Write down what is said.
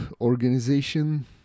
organization